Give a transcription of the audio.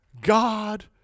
God